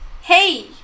Hey